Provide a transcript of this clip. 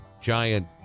giant